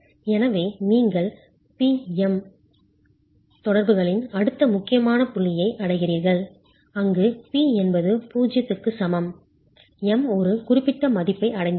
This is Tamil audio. எனவே நீங்கள் P M தொடர்புகளின் அடுத்த முக்கியமான புள்ளியை அடைகிறீர்கள் அங்கு P என்பது 0 க்கு சமம் M ஒரு குறிப்பிட்ட மதிப்பை அடைந்துள்ளது